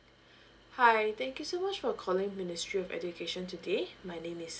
hi thank you so much for calling ministry of education today my name is